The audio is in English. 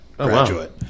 graduate